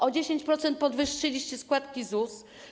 O 10% podwyższyliście składki na ZUS.